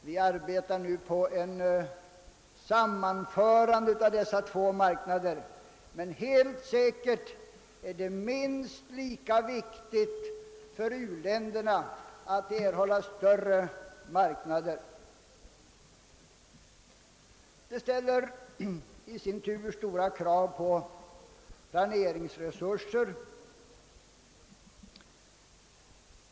Vi arbetar nu för ett sammanförande av dessa båda marknader. Helt säkert är det emellertid minst lika viktigt för u-länderna att de erhåller större marknader som det är för de utvecklade länderna. Detta ställer i sin tur stora krav på planeringsresurserna.